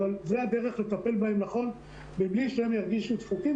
אבל זה הדרך לטפל בהם נכון מבלי שהם ירגישו זקוקים.